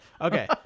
Okay